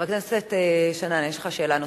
חבר הכנסת שנאן, יש לך שאלה נוספת.